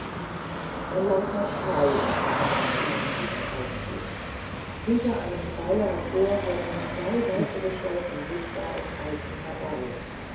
ein lauter schrei unterbrach ihn in diesem augenblicke hinter einem pfeiler hervor wurden zwei weiße gestalten sichtbar und eilten herbei